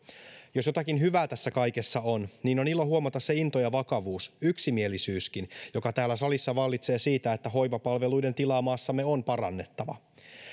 jos jotakin hyvää tässä kaikessa on niin on ilo huomata se into ja vakavuus yksimielisyyskin joka täällä salissa vallitsee siitä että hoivapalveluiden tilaa maassamme on parannettava